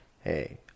Hey